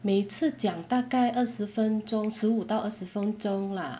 每次讲大概二十分钟十五到二十分钟 lah